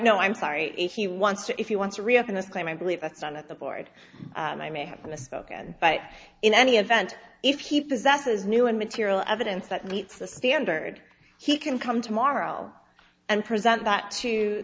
no i'm sorry he wants to if you want to reopen his claim i believe that's done at the board and i may have misspoken but in any event if he possesses new and material evidence that meets the standard he can come tomorrow and present that to